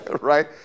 Right